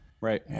Right